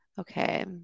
Okay